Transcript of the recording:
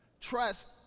Trust